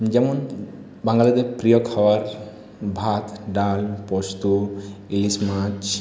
যেমন বাঙালিদের প্রিয় খাবার ভাত ডাল পোস্ত ইলিশ মাছ